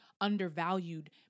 undervalued